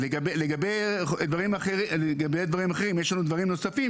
לגבי דברים אחרים יש לנו דברים נוספים